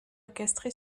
orchestré